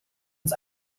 uns